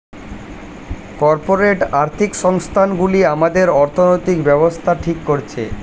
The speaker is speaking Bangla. কর্পোরেট আর্থিক সংস্থান গুলি আমাদের অর্থনৈতিক ব্যাবস্থা ঠিক করছে